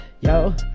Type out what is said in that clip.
Yo